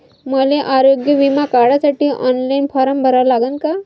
मले आरोग्य बिमा काढासाठी ऑनलाईन फारम भरा लागन का?